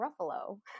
Ruffalo